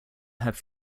have